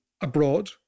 abroad